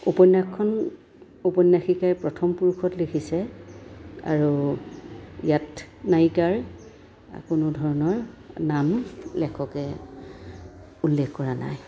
উপন্যাসখন উপন্যাসিকে প্ৰথম পুৰুষত লিখিছে আৰু ইয়াত নায়িকাৰ কোনো ধৰণৰ নাম লেখকে উল্লেখ কৰা নাই